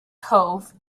cove